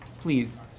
Please